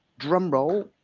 drum roll.